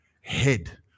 head